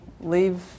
leave